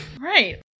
Right